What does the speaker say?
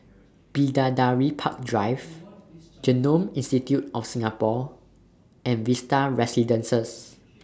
Bidadari Park Drive Genome Institute of Singapore and Vista Residences